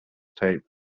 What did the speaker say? tape